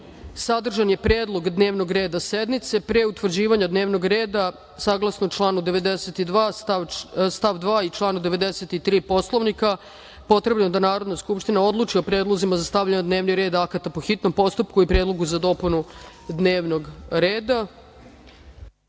sadržan je predlog dnevnog reda sednice. Pre utvrđivanja dnevnog reda, saglasno članu 92. stav 2. i član 93. Poslovnika, potrebno je da Narodna skupština odluči o predlozima za stavljanje na dnevni red akata po hitnom postupku i predlogu za dopunu dnevnog